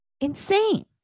insane